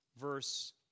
verse